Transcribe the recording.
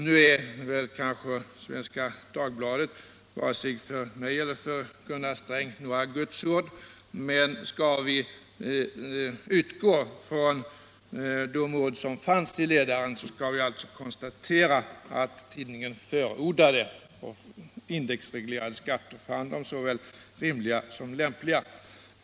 Nu är Svenska Dagbladets ledare varken för mig eller för Gunnar Sträng några Gudsord, men skall vi utgå från de ord som fanns i den skall vi konstatera att tidningen förordade indexreglerade skatter och fann dem såväl rimliga som lämpliga.